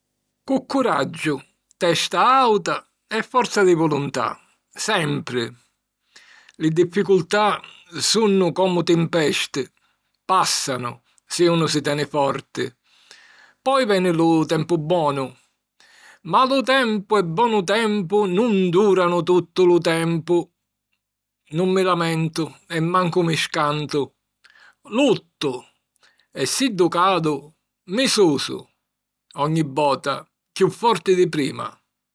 Cu curaggiu, testa àuta e forza di vuluntà, sempri. Li difficultà sunnu comu timpesti: pàssanu, si unu si teni forti; poi veni lu tempu bonu: "malu tempu e bonu tempu nun dùranu tuttu lu tempu". Nun mi lamentu e mancu mi scantu. Luttu. E siddu cadu, mi susu. Ogni vota, chiù forti di prima!